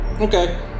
Okay